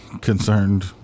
concerned